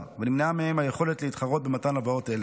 ונמנעה מהם היכולת להתחרות במתן הלוואות אלה.